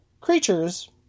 Creatures